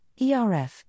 ERF